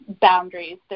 boundaries